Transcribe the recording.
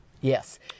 yes